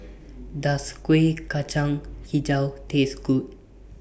Does Kuih Kacang Hijau Taste Good